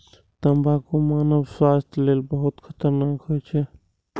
तंबाकू मानव स्वास्थ्य लेल बहुत खतरनाक होइ छै